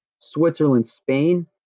Switzerland-Spain